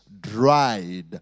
dried